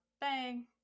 bang